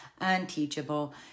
unteachable